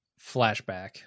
flashback